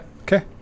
okay